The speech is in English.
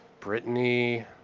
Britney